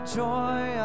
joy